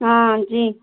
हाँ जी